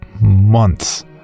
months